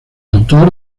autor